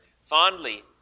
Fondly